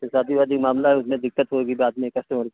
फिर शादी वादी का मामला है उसमें दिक़्क़त होगी बाद में कस्टमर